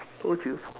told you